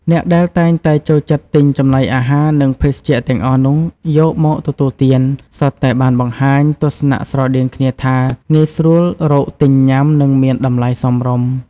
អ្នកដែលតែងតែចូលចិត្តទិញចំណីអាហារ និងភេសជ្ជៈទាំងអស់នោះយកមកទទួលទាន សុទ្ធតែបានបង្ហាញទស្សនៈស្រដៀងគ្នាថា ងាយស្រួលរកទិញញុាំ និងមានតម្លៃសមរម្យ។